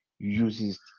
uses